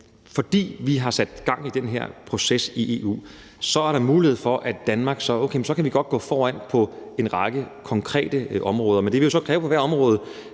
fordi vi har sat gang i den her proces i EU, er der mulighed for, at Danmark godt kan gå foran på en række konkrete områder. Det vil så kræve, at vi på hvert område